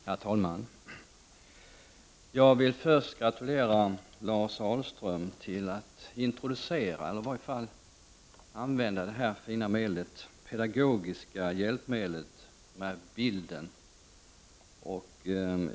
Herr talman! Jag vill först gratulera Lars Ahlström till att han använde det fina pedagogiska hjälpmedlet bilden.